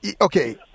Okay